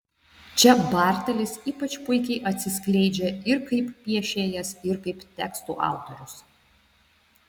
čia bartelis ypač puikiai atsiskleidžia ir kaip piešėjas ir kaip tekstų autorius